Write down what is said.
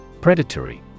Predatory